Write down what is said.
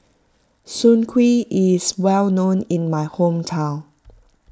Soon Kuih is well known in my hometown